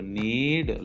need